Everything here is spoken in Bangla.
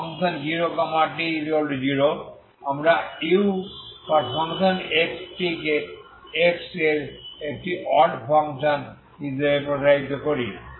আমরা uxtকে x এর একটি অড ফাংশন হিসেবে প্রসারিত করি